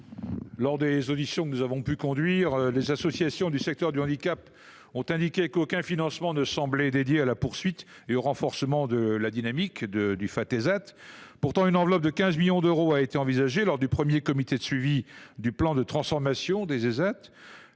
Lors de nos auditions, les associations du secteur du handicap ont indiqué qu’aucun financement ne semblait prévu pour poursuivre et renforcer la dynamique du Fatésat. Pourtant, une enveloppe de 15 millions d’euros a été envisagée lors du premier comité de suivi du plan de transformation des Ésat.